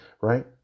right